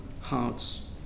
hearts